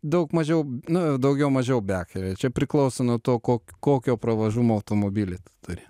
daug mažiau nu daugiau mažiau bekele čia priklauso nuo to ko kokio pravažumo automobilį tu turi